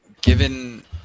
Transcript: given